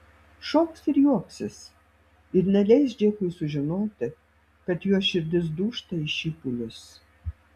šoks ir juoksis ir neleis džekui sužinoti kad jos širdis dūžta į šipulius